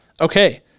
okay